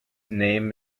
name